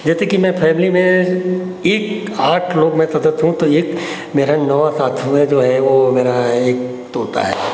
जैसे कि मैं फ़ैमिली में एक आठ लोग मैं सदस्य हूँ तो एक मेरा नौवाँ साथ में जो है वह मेरा एक तोता है